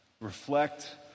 Reflect